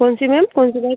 कौनसी मैम कौनसी बाइक